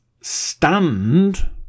stand